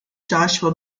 joshua